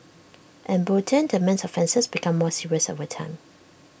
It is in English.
emboldened the man's offences became more serious over time